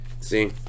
see